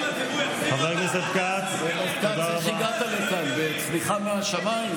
כץ, איך הגעת לכאן, בצניחה מהשמיים?